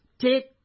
Take